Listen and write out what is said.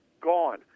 gone